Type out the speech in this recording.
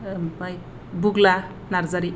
ओमफ्राय बुग्ला नारजारि